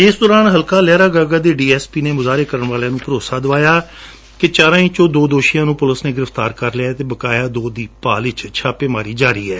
ਇਸ ਦੌਰਾਨ ਹਲਕਾ ਲਹਿਰਾਗਾਰਾ ਦੇ ਡੀ ਐਸ ਪੀ ਨੇ ਮੁਜਾਹਰੇ ਕਰਣ ਵਾਲਿਆਂ ਨੂੰ ਭਰੋਸਾ ਦਵਾਇਆ ਕਿ ਚਾਰਾਂ ਵਿਚੋ ਦੋ ਦੋਸ਼ੀਆਂ ਨੂੰ ਪੁਲਿਸ ਨੇ ਗ੍ਰਿਫਤਾਰ ਕਰ ਲਿਐ ਅਤੇ ਬਕਾਇਆ ਦੋ ਦੀ ਭਾਲ ਵਿੱਚ ਛਾਪੇਮਾਰੀ ਕੀਤੀ ਜਾ ਰਹੀ ਹੈ